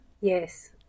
Yes